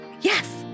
yes